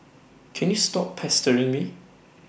can you stop pestering me